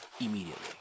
immediately